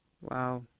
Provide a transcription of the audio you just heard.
Wow